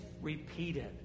repeated